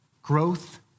Growth